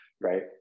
Right